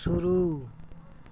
शुरू